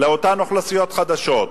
לאותן אוכלוסיות חלשות.